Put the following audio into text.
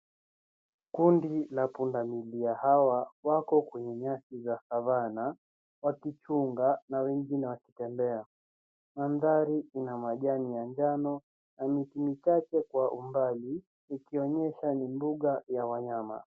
Kundi la pundamilia hawa wako kwenye nyasi za savannah wakikula na wengine wakitembea. Mandhari ina majani ya njano na miti michache kwa umbali ikionyesha ni mbuga la wanyama.